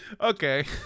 okay